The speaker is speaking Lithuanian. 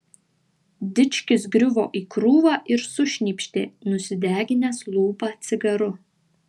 dičkis griuvo į krūvą ir sušnypštė nusideginęs lūpą cigaru